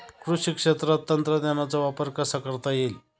कृषी क्षेत्रात तंत्रज्ञानाचा वापर कसा करता येईल?